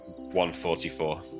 144